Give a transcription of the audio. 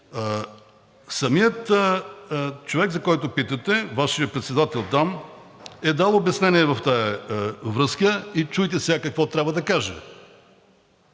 Самият човек, за когото питате, Вашият председател там, е дал обяснение в тази връзка и чуйте сега какво трябва да кажа.